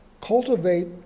Cultivate